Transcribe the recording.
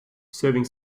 serving